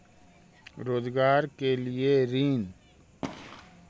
रोजगार के लिए ऋण?